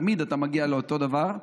תמיד אתה מגיע לאותו דבר.